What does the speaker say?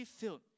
filled